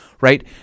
right